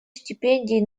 стипендий